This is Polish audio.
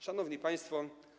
Szanowni Państwo!